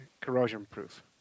corrosion-proof